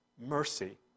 mercy